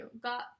got